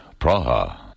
Praha